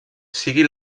sigui